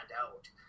out